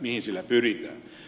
tämä mihin ed